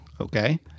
Okay